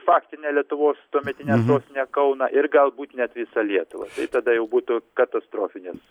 faktinę lietuvos tuometinę sostinę kauną ir galbūt net visą lietuvą tai tada jau būtų katastrofinis